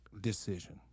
decision